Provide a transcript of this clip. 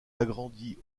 agrandie